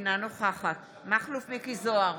אינה נוכחת מכלוף מיקי זוהר,